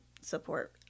support